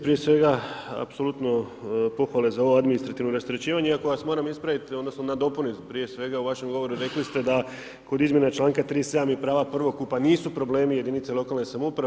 Prije svega, apsolutno pohvale za ovo administrativno rasterećivanje iako vas moram ispraviti, odnosno, nadopuniti prije svega u vašem govoru, rekli ste da kod izmjene čl. 3. 7. i prava 1. skupa nisu problemi jedinice lokalne samouprave.